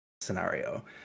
scenario